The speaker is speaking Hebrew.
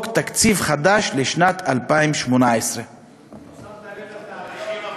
תקציב חדש לשנת 2018. לא שמת לב לתאריכים,